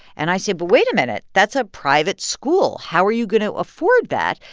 and i say, but wait a minute that's a private school. how are you going to afford that?